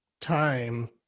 time